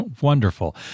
Wonderful